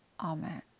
Amen